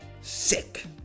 sick